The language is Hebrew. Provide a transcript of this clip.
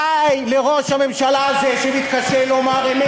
די לראש הממשלה הזה, שמתקשה לומר אמת.